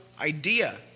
idea